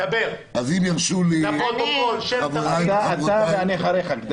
אז אם ירשו לי חבריי --- אתה, ואני אחריך.